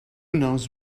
knows